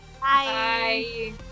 Bye